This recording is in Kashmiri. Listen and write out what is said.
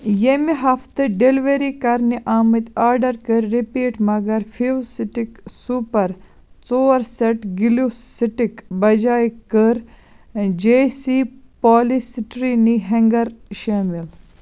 ییٚمہِ ہفتہٕ ڈیلیؤری کَرنہٕ آمٕتۍ آرڈر کَر رِپیٖٹ مگر فیوی سِٹِک سُپر ژور سٮ۪ٹ گلوٗ سِٹِک بجایہِ کٔر جے سی پالی سٹایریٖن ہینٛگر شٲمِل